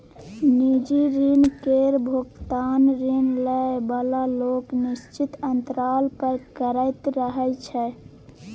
निजी ऋण केर भोगतान ऋण लए बला लोक निश्चित अंतराल पर करैत रहय छै